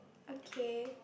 okay